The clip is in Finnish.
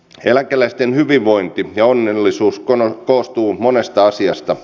eläkeläisten hyvinvointi ja onnellisuus koostuvat monesta asiasta